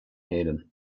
héireann